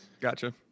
Gotcha